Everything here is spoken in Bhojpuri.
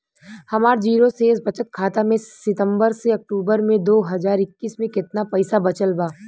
हमार जीरो शेष बचत खाता में सितंबर से अक्तूबर में दो हज़ार इक्कीस में केतना पइसा बचल बा?